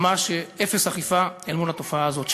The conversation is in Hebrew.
ממש אפס אכיפה אל מול התופעה הזאת.